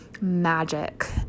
magic